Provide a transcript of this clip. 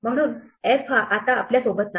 म्हणून f हा आता आपल्यासोबत नाही